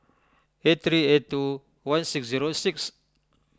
eight three eight two one six zero six